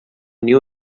new